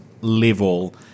level